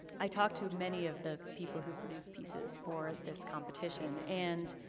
i talked to many of the people who produced pieces for this competition, and